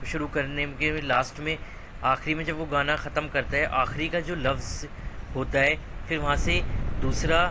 شروع کرنے کے لاسٹ میں آخری میں جب وہ گانا ختم کرتا ہے آخری کا جو لفظ ہوتا ہے پھر وہاں سے دوسرا